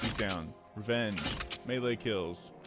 down revenge melee kills